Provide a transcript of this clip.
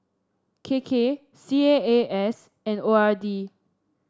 K K C A A S and O R D